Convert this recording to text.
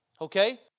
Okay